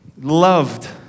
Loved